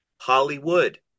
Hollywood